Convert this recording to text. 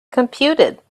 computed